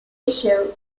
issue